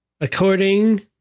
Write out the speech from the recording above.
According